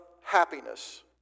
happiness